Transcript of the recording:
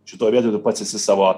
šitoj vietoj tu pats esi savo